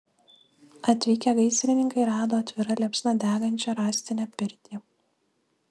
atvykę gaisrininkai rado atvira liepsna degančią rąstinę pirtį